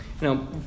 Now